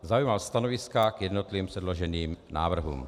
Zaujímal stanoviska k jednotlivým předloženým návrhům.